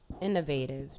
innovative